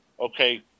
okay